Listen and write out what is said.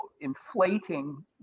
inflating